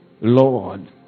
Lord